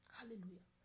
Hallelujah